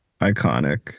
iconic